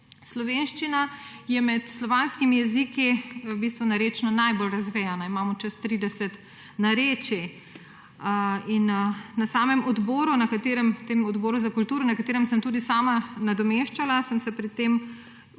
Slovenščina je med slovanskimi jeziki v bistvu narečno najbolj razvejana. Imamo čez trideset narečij. In na samem odboru, na katerem, tem Odboru za kulturo, na katerem sem tudi sama nadomeščala, sem se pri tem